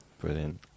brilliant